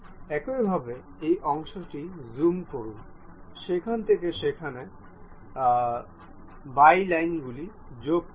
একইভাবে এই অংশটি জুম করুন সেখান থেকে সেখানে বাইলাইন গুলি যোগ করুন